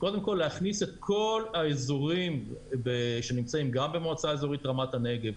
קודם כל להכניס את כל האזורים שנמצאים גם במועצה האזורית רמת הנגב,